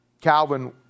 Calvin